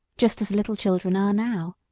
just as little children are now.